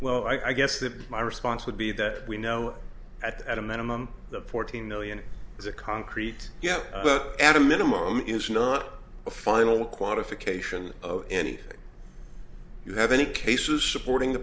well i guess that my response would be that we know at a minimum the fourteen million is a concrete yes but at a minimum is not a final qualification of anything you have any cases supporting the